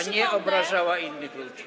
a nie obrażała innych ludzi.